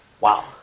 Wow